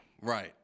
right